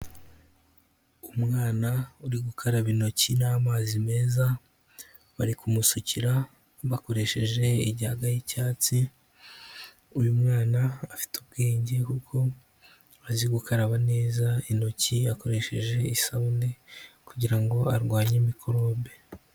Umwana uri gukaraba intoki n'amazi meza, bari kumusukira bakoresheje ijyanga y'icyatsi, uyu mwana afite ubwenge kuko azi gukaraba neza intoki akoresheje isabune kugira ngo arwanye mikorobe.